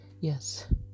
Yes